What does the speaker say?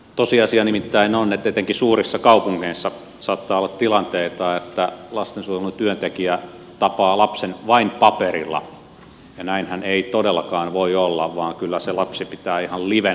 tosiasia nimittäin on että etenkin suurissa kaupungeissa saattaa olla tilanteita että lastensuojelun työntekijä tapaa lapsen vain paperilla ja näinhän ei todellakaan voi olla vaan kyllä se lapsi pitää ihan livenä tavata